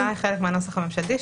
ההצעה היא חלק מהנוסח הממשלתי,